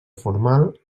formal